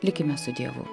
likime su dievu